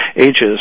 ages